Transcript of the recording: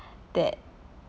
that